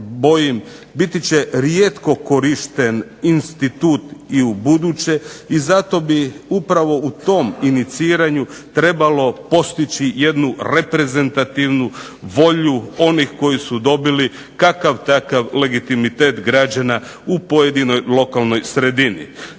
biti će rijetko korišten institut i ubuduće i zato bih upravo u tom iniciranju trebalo postići jednu reprezentativnu volju onih koji su dobili kakav takav legitimitet građana u pojedinoj lokalnoj sredini.